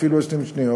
אפילו 20 שניות.